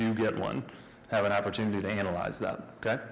do get one have an opportunity to analyze that